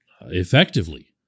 effectively